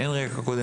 אין רקע קודם,